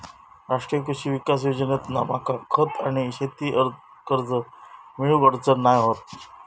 राष्ट्रीय कृषी विकास योजनेतना मका खत आणि शेती कर्ज मिळुक अडचण नाय होत